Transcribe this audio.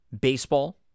baseball